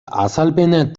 azalpen